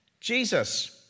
Jesus